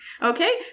Okay